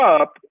up